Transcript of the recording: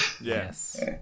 Yes